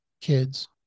kids